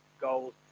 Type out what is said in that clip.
goals